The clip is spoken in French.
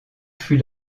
fût